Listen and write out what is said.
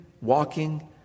walking